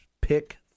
Pick